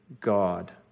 God